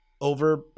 over